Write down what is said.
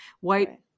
white